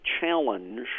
challenge